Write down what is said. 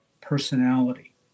personality